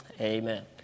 amen